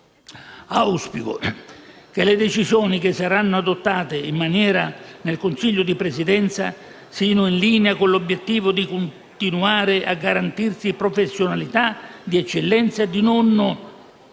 Auspico che le decisioni che saranno adottate in materia nel Consiglio di Presidenza siano in linea con l'obiettivo di continuare a garantire professionalità di eccellenza e di non